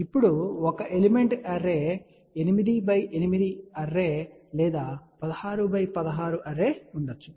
ఇప్పుడు ఒక element array 8 x 8 array లేదా 16 x 16 అర్రే ఉండవచ్చు